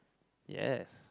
yes